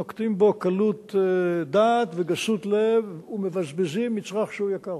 נוקטים בו קלות דעת וגסות לב ומבזבזים מצרך שהוא יקר.